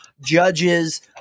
judges